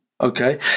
okay